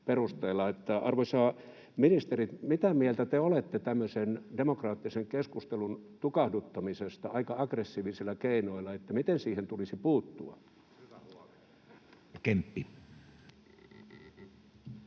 Arvoisa ministeri, mitä mieltä te olette tämmöisen demokraattisen keskustelun tukahduttamisesta aika aggressiivisilla keinoilla? Miten siihen tulisi puuttua? [Sheikki